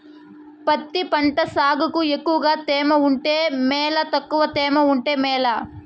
పత్తి పంట సాగుకు ఎక్కువగా తేమ ఉంటే మేలా తక్కువ తేమ ఉంటే మేలా?